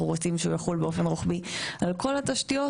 אנחנו רוצים שהוא יחול באופן רוחבי על כל התשתיות,